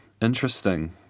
interesting